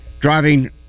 driving